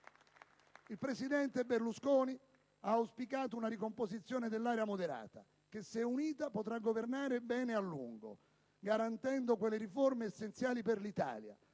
Il presidente Berlusconi ha auspicato una ricomposizione dell'area moderata che, se unita, potrà governare bene e a lungo, garantendo quelle riforme essenziali per l'Italia.